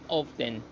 often